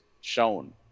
shown